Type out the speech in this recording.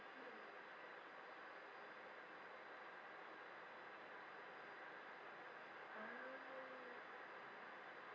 ah